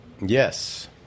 Yes